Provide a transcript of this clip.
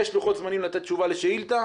יש לוחות זמנים לתת תשובה לשאילתה,